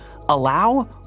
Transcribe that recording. allow